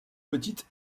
petites